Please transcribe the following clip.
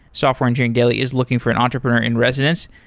software engineering daily is looking for an entrepreneur in residence.